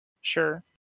Sure